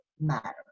matter